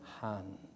hand